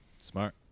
Smart